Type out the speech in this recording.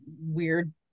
weird